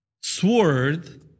sword